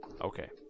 Okay